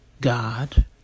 God